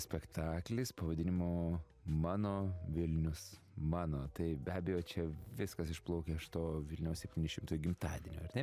spektaklis pavadinimu mano vilnius mano tai be abejo čia viskas išplaukia iš to vilniaus septyni šimtojo gimtadienio ar ne